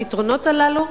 הפתרונות הללו,